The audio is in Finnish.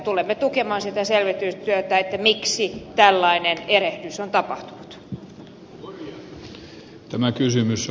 tulemme tukemaan sitä selvitystyötä että miksi tällainen erehdys on tapahtunut